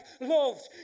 loved